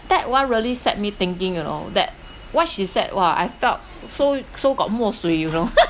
that one really set me thinking you know that what she said !wah! I felt so so got mo shui you know